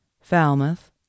Falmouth